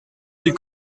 des